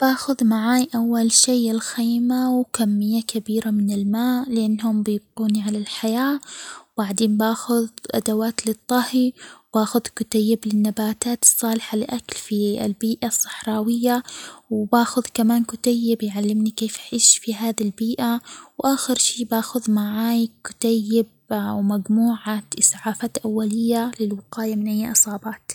أول شي بعمله إني بغير نمط حياتي، فمثلاً بستخدم الشموع والفوانيس للإضاءة وبخلي الأكل ينحفظ في الطرق التقليدية مثل التخليل والتجفيف وبستخدم ال- ال- المدافي التقليدية والطاقة الشمسية للتسخين ولتسخين الماء أيضاً، وبعيش حياة بسيطة وبعتمد على الطبيعة في كل شيء مثل الزراعة والحصاد وبس علي الترفيه عن نفسي بالقراءة وبالحرف اليدوية.